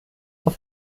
auf